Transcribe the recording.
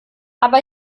aber